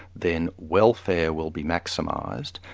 then welfare will be maximised,